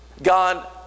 God